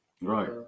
right